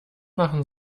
machen